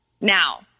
Now